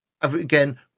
again